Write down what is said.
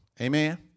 Amen